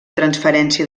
transferència